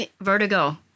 vertigo